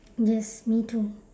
yes me too